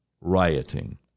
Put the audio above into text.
rioting